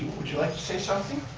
would you like to say something?